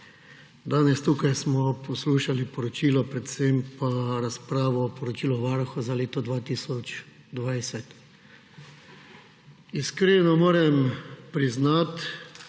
Danes smo tukaj poslušali poročilo, predvsem pa razpravo o poročilu Varuha za leto 2020. Iskreno moram priznati,